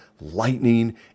lightning